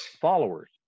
followers